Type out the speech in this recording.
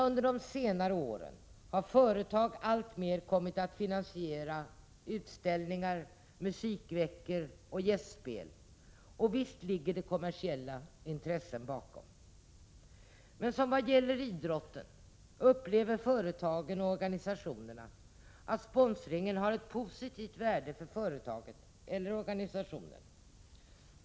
Under senare år har företag alltmer kommit att finansiera utställningar, musikveckor och gästspel. Och visst ligger kommersiella intressen bakom detta! Men vad gäller idrotten upplever företagen och organisationerna att sponsringen har ett positivt värde för företaget eller organisationen.